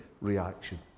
reaction